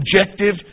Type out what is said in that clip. objective